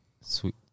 sweet